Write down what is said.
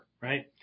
right